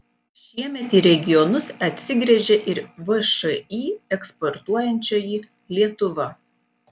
šiemet į regionus atsigręžė ir všį eksportuojančioji lietuva